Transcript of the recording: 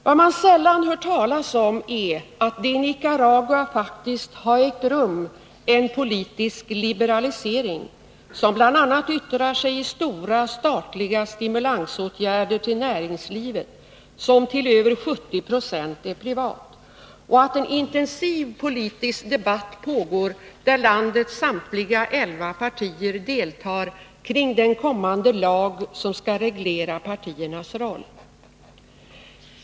Vad man sällan hör talas om är att det i Nicaragua faktiskt har ägt rum en politisk liberalisering, som bl.a. yttrar sig i stora statliga stimulansåtgärder till näringslivet, som till över 70 90 är privat, och att en intensiv politisk debatt pågår, där landets samtliga elva partier deltar, kring den kommande lag som skall reglera partiernas roll.